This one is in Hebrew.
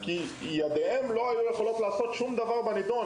שלא יכלו לעשות שום דבר בנידון.